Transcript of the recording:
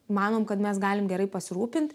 manom kad mes galim gerai pasirūpinti